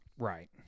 Right